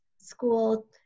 school